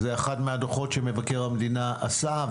זה אחד מהדוחות שמבקר המדינה עשה,